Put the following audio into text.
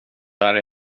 där